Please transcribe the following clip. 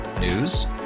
News